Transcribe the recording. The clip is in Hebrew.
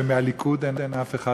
ומהליכוד אין אף אחד,